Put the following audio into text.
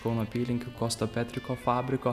kauno apylinkių kosto petriko fabriko